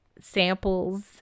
samples